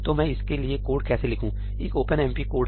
तो मैं इसके लिए कोड कैसे लिखूं एक ओपनएमपी कोड